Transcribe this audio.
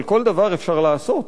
אבל כל דבר אפשר לעשות.